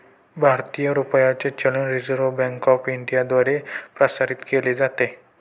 भारतीय रुपयाचे चलन रिझर्व्ह बँक ऑफ इंडियाद्वारे प्रसारित केले जाते